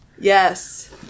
Yes